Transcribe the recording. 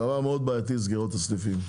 זה דבר מאוד בעייתי, סגירות הסניפים,